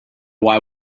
why